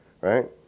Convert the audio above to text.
right